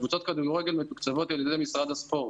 קבוצות כדורגל מתוקצבות על ידי משרד הספורט.